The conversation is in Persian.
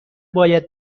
باید